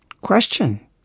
question